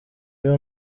iyo